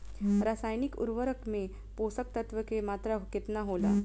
रसायनिक उर्वरक मे पोषक तत्व के मात्रा केतना होला?